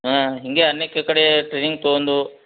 ಹಾಂ ಹೀಗೆ ಅನೆಕ್ಕ ಕಡೆ ಟ್ರೈನಿಂಗ್ ತಗೊಂದು